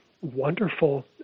wonderful